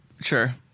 Sure